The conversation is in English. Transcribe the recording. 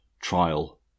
trial